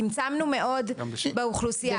צמצמנו מאוד באוכלוסייה.